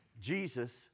Jesus